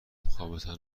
خوابتان